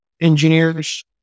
engineers